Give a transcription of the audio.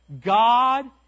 God